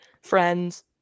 Friends